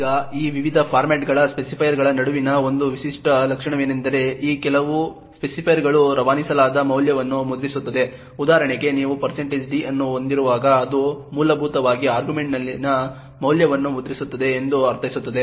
ಈಗ ಈ ವಿವಿಧ ಫಾರ್ಮ್ಯಾಟ್ಗಳ ಸ್ಪೆಸಿಫೈಯರ್ಗಳ ನಡುವಿನ ಒಂದು ವಿಶಿಷ್ಟ ಲಕ್ಷಣವೆಂದರೆ ಈ ಕೆಲವು ಸ್ಪೆಸಿಫೈಯರ್ಗಳು ರವಾನಿಸಲಾದ ಮೌಲ್ಯವನ್ನು ಮುದ್ರಿಸುತ್ತದೆ ಉದಾಹರಣೆಗೆ ನೀವು d ಅನ್ನು ಹೊಂದಿರುವಾಗ ಅದು ಮೂಲಭೂತವಾಗಿ ಆರ್ಗ್ಯುಮೆಂಟ್ನಲ್ಲಿನ ಮೌಲ್ಯವನ್ನು ಮುದ್ರಿಸುತ್ತದೆ ಎಂದು ಅರ್ಥೈಸುತ್ತದೆ